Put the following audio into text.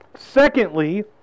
Secondly